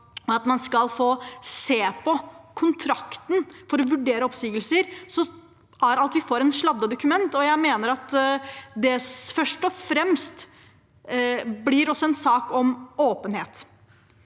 og at man skal få se kontrakten for å vurdere oppsigelse, får vi et sladdet dokument. Jeg mener at det først og fremst også blir en sak om åpenhet.